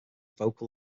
vocal